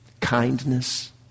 Kindness